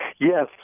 Yes